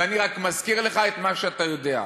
ואני רק מזכיר לך את מה שאתה יודע,